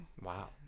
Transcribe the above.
Wow